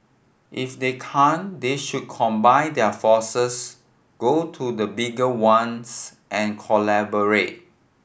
if they can't they should combine their forces go to the bigger ones and collaborate